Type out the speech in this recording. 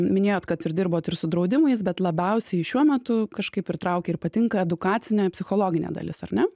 minėjot kad ir dirbot ir su draudimais bet labiausiai šiuo metu kažkaip ir traukia ir patinka edukacinė psichologinė dalis ar ne